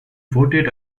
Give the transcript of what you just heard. voted